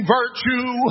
virtue